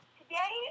today